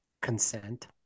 Consent